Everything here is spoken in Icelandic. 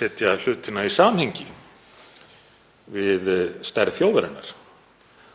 setja hlutina í samhengi við stærð þjóðarinnar